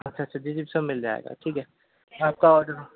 اچھا اچھا جی جی سب مِل جائے گا ٹھیک ہے شام کا آرڈر